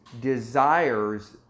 desires